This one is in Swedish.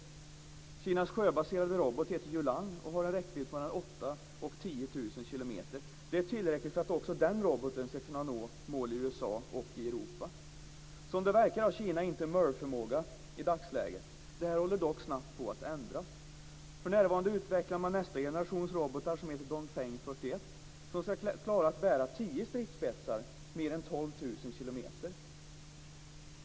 Kinas sjöbaserade robot heter Julang och bedöms ha en räckvidd på mellan 8 000 och 10 000 kilometer. Det är tillräckligt för att också den roboten ska kunna nå mål i USA och i Europa. Som det verkar har Kina inte MIRV-förmåga i dagsläget. Detta kan dock snabbt ändras. För närvarande utvecklar man nästa generation robotar, som heter Dongfeng 41, som ska klara att bära tio stridsspetsar mer än 12 000 kilometer.